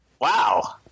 Wow